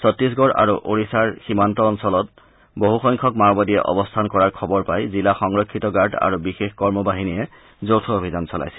ছত্তিশগড় আৰু ওড়িশাৰ সীমান্ত অঞ্চলৰ বহুসংখ্যক মাওবাদীয়ে অৱস্থান কৰাৰ খবৰ পাই জিলা সংৰক্ষিত গাৰ্ড আৰু বিশেষ কৰ্মবাহিনীয়ে যৌথ অভিযান চলাইছিল